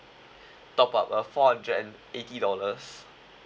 top up uh four hundred and eighty dollars